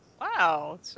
Wow